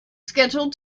scheduled